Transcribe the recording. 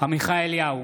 עמיחי אליהו,